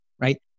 right